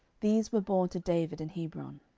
these were born to david in hebron.